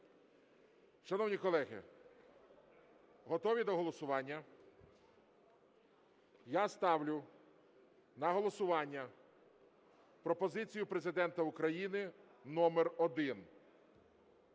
Шановні колеги, готові до голосування? Я ставлю на голосування пропозицію Президента України номер 1.